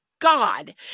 God